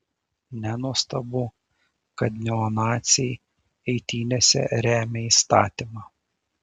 nenuostabu kad neonaciai eitynėse remia įstatymą